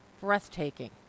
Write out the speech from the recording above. breathtaking